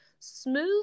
smooth